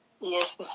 Yes